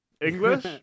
English